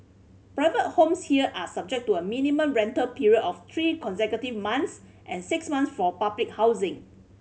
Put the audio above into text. private homes here are subject to a minimum rental period of three consecutive months and six months for public housing